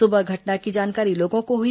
सुबह घटना की जानकारी लोगों को हुई